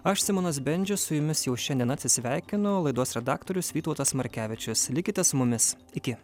aš simonas bendžius su jumis jau šiandien atsisveikinu laidos redaktorius vytautas markevičius likite su mumis iki